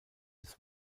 des